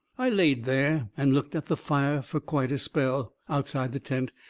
i laid there and looked at the fire fur quite a spell, outside the tent.